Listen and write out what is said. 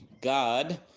God